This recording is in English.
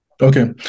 Okay